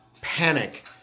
panic